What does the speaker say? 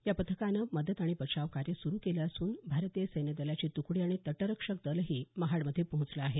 या पथकानं मदत आणि बचाव कार्य सुरू केलं असून भारतीय सैन्य दलाची त्कडी आणि तटरक्षक दलही महाडमध्ये पोहोचलं आहेत